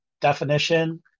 definition